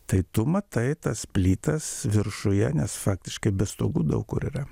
tai tu matai tas plytas viršuje nes faktiškai be stogų daug kur yra